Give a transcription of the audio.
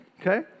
okay